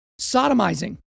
sodomizing